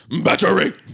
Battery